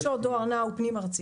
דואר נע הוא פנים ארצי.